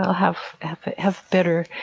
have have better,